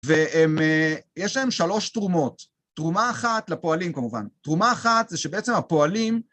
ויש להם שלוש תרומות, תרומה אחת לפועלים כמובן, תרומה אחת זה שבעצם הפועלים